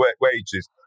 wages